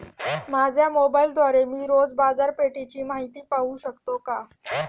माझ्या मोबाइलद्वारे मी रोज बाजारपेठेची माहिती पाहू शकतो का?